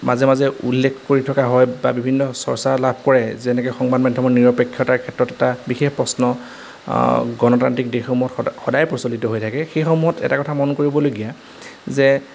মাজে মাজে উল্লেখ কৰি থকা হয় বা বিভিন্ন চৰ্চা লাভ কৰে যেনেকে সংবাদ মাধ্যমৰ নিৰপেক্ষতাৰ ক্ষেত্ৰত এটা বিশেষ প্ৰশ্ন গণতান্ত্ৰিক দেশসমূহত সদায় প্ৰচলিত হৈ থাকে সেইসমূহত এটা কথা মন কৰিবলগীয়া যে